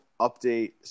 update